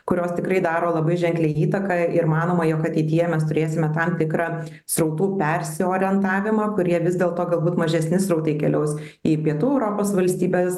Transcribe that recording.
kurios tikrai daro labai ženklią įtaką ir manoma jog ateityje mes turėsime tam tikrą srautų persiorientavimą kurie vis dėl to galbūt mažesni srautai keliaus į pietų europos valstybes